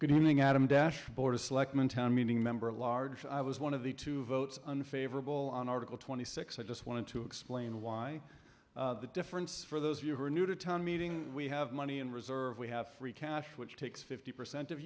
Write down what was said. good evening adam dash board of selectmen town meeting member large i was one of the two votes unfavorable on article twenty six i just wanted to explain why the difference for those of you who are new to town meeting we have money in reserve we have free cash which takes fifty percent of